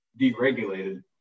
deregulated